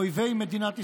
אויבי מדינת ישראל.